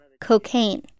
cocaine